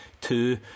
two